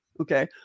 Okay